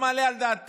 אני לא מעלה על דעתי